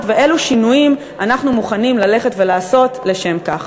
ואילו שינויים אנחנו מוכנים לעשות לשם כך.